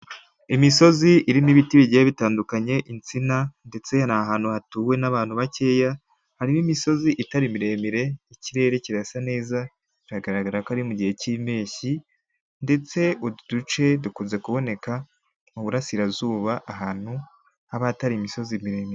Imisozi irimo ibiti bigiye bitandukanye, insina ndetse ni ahantu hatuwe n'abantu bakeya, hari imisozi itari miremire, ikirere kirasa neza biragaragara ko ari mu mugihe cy'impeshyi ndetse utu duce dukunze kuboneka mu Burasirazuba ahantu haba hatari imisozi miremire.